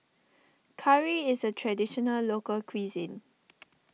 Curry is a Traditional Local Cuisine